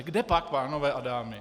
Kdepak, pánové a dámy.